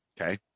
okay